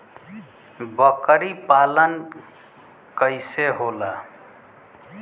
बकरी पालन कैसे होला?